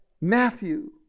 Matthew